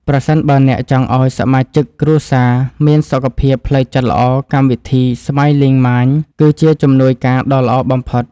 ប្រសិនបើអ្នកចង់ឱ្យសមាជិកគ្រួសារមានសុខភាពផ្លូវចិត្តល្អកម្មវិធី ស្ម៉ាយលីង ម៉ាញ (Smiling Mind) គឺជាជំនួយការដ៏ល្អបំផុត។